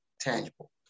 tangible